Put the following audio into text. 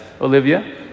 Olivia